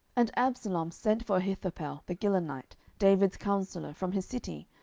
and absalom sent for ahithophel the gilonite, david's counsellor, from his city,